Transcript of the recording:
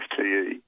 FTE